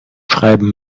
schreiben